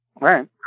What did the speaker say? Right